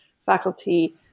faculty